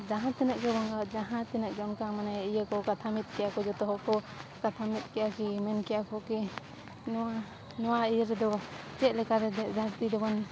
ᱡᱟᱦᱟᱸ ᱛᱤᱱᱟᱹᱜ ᱜᱮ ᱵᱚᱸᱜᱟ ᱡᱟᱦᱟᱸ ᱛᱤᱱᱟᱹᱜ ᱜᱮ ᱚᱱᱠᱟ ᱢᱟᱱᱮ ᱤᱭᱟᱹ ᱠᱚ ᱠᱟᱛᱷᱟ ᱢᱤᱫ ᱠᱮᱜ ᱟᱠᱚ ᱡᱷᱚᱛᱚ ᱦᱚᱲ ᱠᱚ ᱠᱟᱛᱷᱟ ᱢᱤᱫ ᱠᱮᱜᱼᱟ ᱠᱤ ᱢᱮᱱ ᱠᱮᱜᱼᱟ ᱠᱚ ᱠᱤ ᱱᱚᱣᱟ ᱱᱚᱣᱟ ᱤᱭᱟᱹ ᱨᱮᱫᱚ ᱪᱮᱫ ᱞᱮᱠᱟ ᱨᱮ ᱫᱷᱟᱨᱛᱤ ᱫᱚᱵᱚᱱ